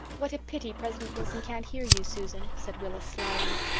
what a pity president wilson can't hear you, susan, said rilla slyly.